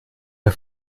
der